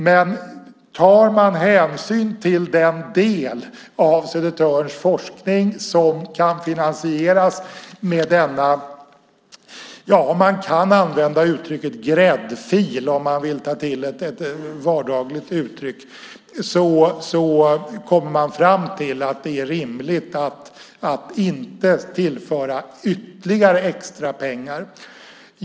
Om man tar hänsyn till den del av Södertörns forskning som kan finansieras med denna gräddfil - om man vill ta till ett vardagligt uttryck - kommer man fram till att det är rimligt att inte tillföra ytterligare extra pengar.